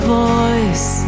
voice